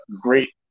Great